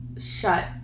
shut